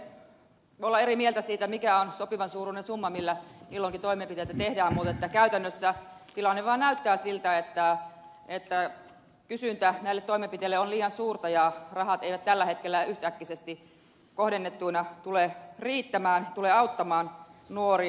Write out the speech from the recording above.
varmasti voimme olla eri mieltä siitä mikä on sopivan suuruinen summa millä milloinkin toimenpiteitä tehdään mutta käytännössä tilanne vaan näyttää siltä että kysyntä näille toimenpiteille on liian suurta ja rahat eivät tällä hetkellä yhtäkkisesti kohdennettuina tule riittämään tule auttamaan nuoria